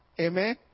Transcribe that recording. Amen